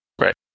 Right